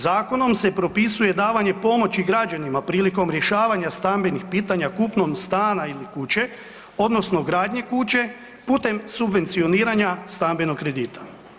Zakonom se propisuje davanje pomoći građanima prilikom rješavanja stambenih pitanja kupnjom stana ili kuće odnosno gradnje kuće putem subvencioniranja stambenog kredita.